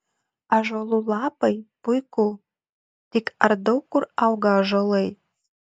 ąžuolų lapai puiku tik ar daug kur auga ąžuolai